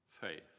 Faith